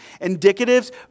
Indicatives